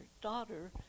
daughter